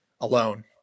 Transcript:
alone